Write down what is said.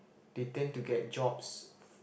they tend to get jobs